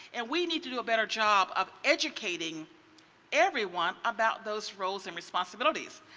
and we need to do a better job of educating everyone about those roles and responsibilities.